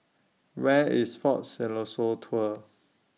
Where IS Fort Siloso Tours